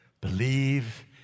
Believe